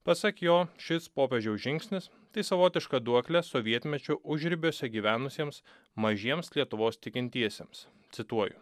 pasak jo šis popiežiaus žingsnis tai savotiška duoklė sovietmečiu užribiuose gyvenusiems mažiems lietuvos tikintiesiems cituoju